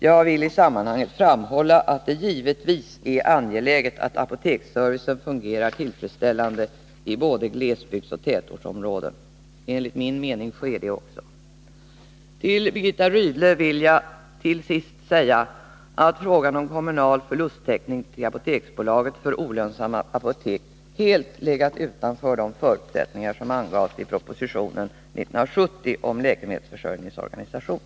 Jag vill i detta sammanhang framhålla att det givetvis är angeläget att apoteksservicen fungerar tillfredsställande i både glesbygdsoch tätortsområden. Så sker också, enligt min mening. Till Birgitta Rydle vill jag till sist säga, att frågan om kommunal förlusttäckning till Apoteksbolaget för olönsamma apotek helt har legat utanför de förutsättningar som angavs i proposition 1970:74 om läkemedelsförsörjningens organisation.